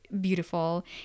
beautiful